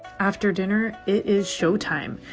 after dinner it is showtime!